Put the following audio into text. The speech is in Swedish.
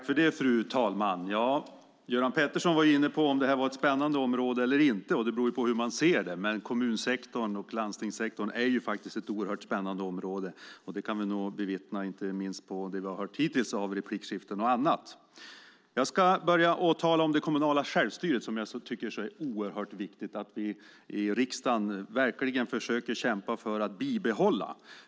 Fru talman! Göran Pettersson var inne på om det här var ett spännande område eller inte. Det beror väl på hur man ser det. Men kommunsektorn och landstingssektorn är faktiskt oerhört spännande områden. Det har vi fått bevittna, inte minst av de replikskiften och annat vi har hört hittills. Jag ska börja med att tala om det kommunala självstyret, som jag tycker är så oerhört viktigt att vi i riksdagen verkligen försöker kämpa för att bibehålla.